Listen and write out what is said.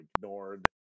ignored